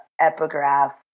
epigraph